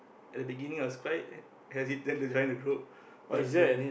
at the beginning I was quite hesitant to join the group but then